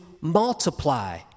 multiply